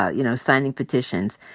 ah you know, signing petitions,